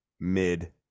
mid